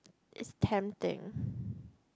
it's tempting